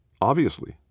Obviously